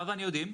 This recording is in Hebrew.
אתה ואני יודעים,